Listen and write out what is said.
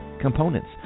components